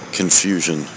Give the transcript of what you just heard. confusion